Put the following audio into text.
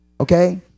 Okay